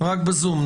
רק בזום.